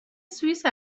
سوئیس